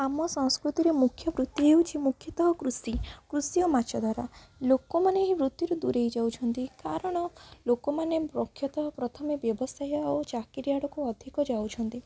ଆମ ସଂସ୍କୃତିରେ ମୁଖ୍ୟ ବୃତ୍ତି ହେଉଛି ମୁଖ୍ୟତଃ କୃଷି କୃଷି ଓ ମାଛ ଧରା ଲୋକମାନେ ଏହି ବୃତ୍ତିରୁ ଦୂରେଇ ଯାଉଛନ୍ତି କାରଣ ଲୋକମାନେ ବକ୍ଷତଃ ପ୍ରଥମେ ବ୍ୟବସାୟ ଆଉ ଚାକିରୀ ଆଡ଼କୁ ଅଧିକ ଯାଉଛନ୍ତି